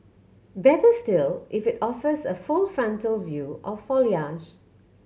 better still if it offers a full frontal view of foliage